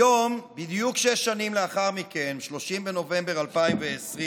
היום, בדיוק שש שנים לאחר מכן, 30 בנובמבר 2020,